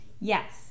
Yes